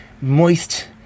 moist